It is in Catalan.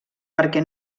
perquè